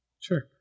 Sure